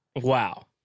Wow